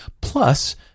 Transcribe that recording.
Plus